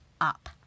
up